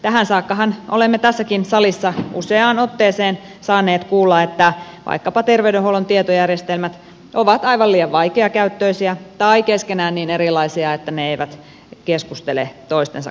tähän saakkahan olemme tässäkin salissa useaan otteeseen saaneet kuulla että vaikkapa terveydenhuollon tietojärjestelmät ovat aivan liian vaikeakäyttöisiä tai keskenään niin erilaisia että ne eivät keskustele toistensa kanssa